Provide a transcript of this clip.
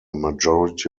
majority